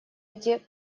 эти